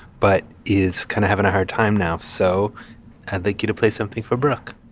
but is kind of having a hard time now. so i'd like you to play something for brooke